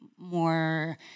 more